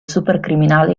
supercriminale